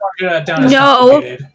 No